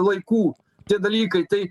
laikų tie dalykai tai